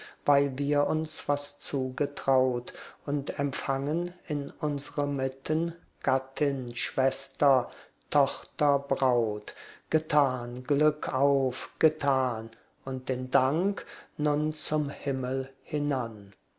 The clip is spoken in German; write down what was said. weil wir uns was zugetraut und empfangen in unsre mitten gattin schwester tochter braut getan glück auf getan und den dank nun zum himmel hinan